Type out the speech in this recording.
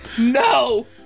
No